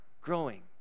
growing